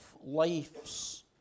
life's